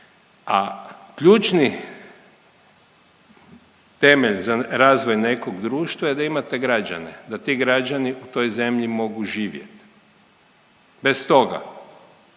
a ključni temelj za razvoj nekog društva je da imate građane, da ti građani u toj zemlji mogu živjet. Bez toga